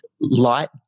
light